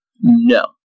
No